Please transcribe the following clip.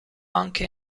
anche